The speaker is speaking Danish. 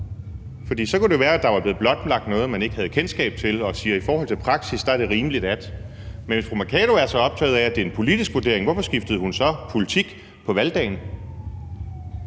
fordi det så kunne være, at der var blevet blotlagt noget, man ikke havde kendskab til, og som man i forhold til praksis syntes var rimeligt at få vurderet. Men hvis fru Mai Mercado er så optaget af, at det er en politisk vurdering, hvorfor skiftede hun så politik på valgdagen?